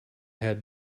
had